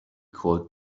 called